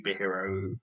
superhero